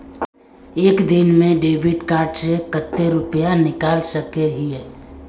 एक दिन में डेबिट कार्ड से कते रुपया निकल सके हिये?